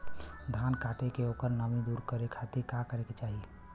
धान कांटेके ओकर नमी दूर करे खाती का करे के चाही?